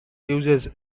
uses